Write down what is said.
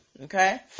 okay